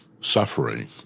suffering